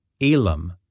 Elam